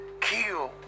kill